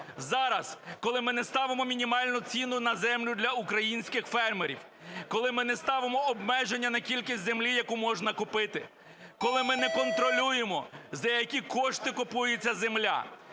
Зараз, коли ми не ставимо мінімальну ціну на землю для українських фермерів, коли ми не ставимо обмеження на кількість землі, яку можна купити, коли ми не контролюємо, за які кошти купується земля,